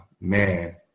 man